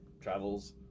travels